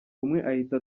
ahita